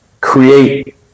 create